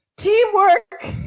teamwork